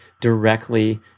directly